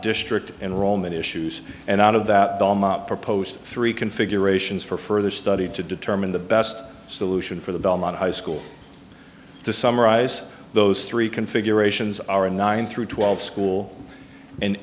district and roman issues and out of that proposed three configurations for further study to determine the best solution for the belmont high school to summarize those three configurations are a nine through twelve school and